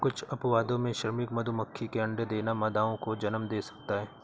कुछ अपवादों में, श्रमिक मधुमक्खी के अंडे देना मादाओं को जन्म दे सकता है